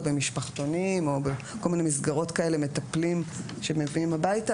במשפחתונים או בכל מיני מסגרות כאלה מטפלים שמביאים הביתה,